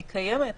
קיימת.